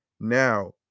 Now